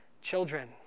children